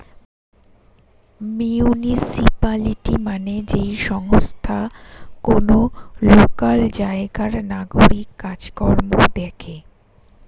municipality মানে যেই সংস্থা কোন লোকাল জায়গার নাগরিক কাজ কর্ম দেখে